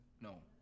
No